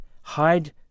Hide